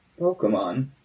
Pokemon